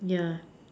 yeah